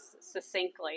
succinctly